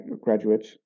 graduates